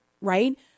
right